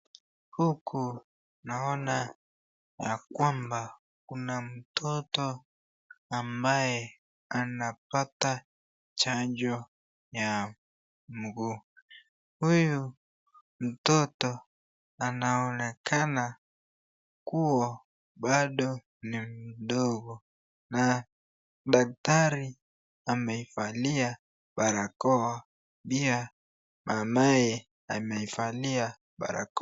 Huku naona ya kwamba kuna mtoto ambaye anapata chanjo ya nguu, huyu mtoto anaonekana kuwa bado ni mdogo na daktari ameivalia barakoa pia mamaye ameivalia barakoa.